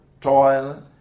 toil